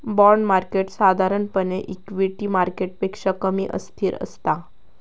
bond market साधारणपणे equity मार्केटपेक्षा कमी अस्थिर असता